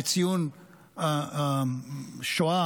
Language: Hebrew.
בציון השואה,